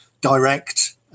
direct